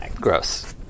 Gross